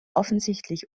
offensichtlich